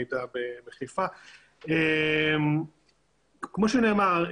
כמו שנאמר,